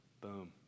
boom